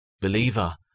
Believer